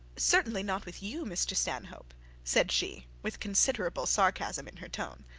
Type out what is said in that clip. certainly not with you, mr stanhope said she, with considerable sarcasm in her tone.